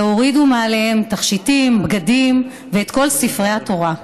והורידו מעליהם תכשיטים, בגדים ואת כל ספרי התורה.